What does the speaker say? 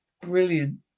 Brilliant